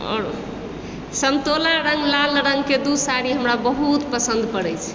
आओर समतोला रङ्ग लाल रङ्गके दू साड़ी हमरा बहुत पसन्द पड़ै छै